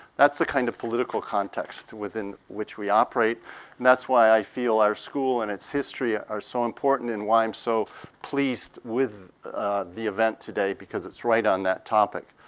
that's the kind of political context within which we operate and that's why i feel our school and its history ah are so important and why i'm so pleased with the event today because it's right on that topic.